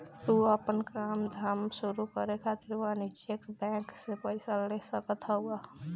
तू आपन काम धाम शुरू करे खातिर वाणिज्यिक बैंक से पईसा ले सकत हवअ